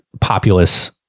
populace